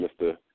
Mr